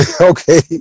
Okay